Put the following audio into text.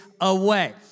away